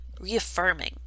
reaffirming